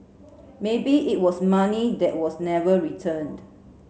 maybe it was money that was never returned